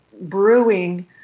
brewing